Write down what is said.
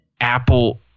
Apple